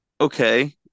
okay